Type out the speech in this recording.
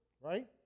right